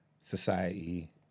society